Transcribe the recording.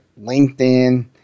linkedin